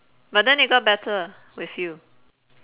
but then it got better with you